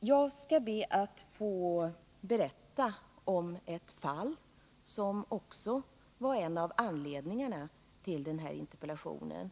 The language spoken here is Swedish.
Jag skall be att få berätta om ett fall som också var en av anledningarna till den här interpellationen.